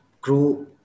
grow